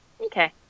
okay